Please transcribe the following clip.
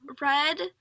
red